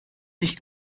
nicht